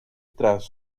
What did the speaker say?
tras